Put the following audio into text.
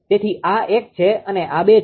તેથી આ એક છે અને આ બે છે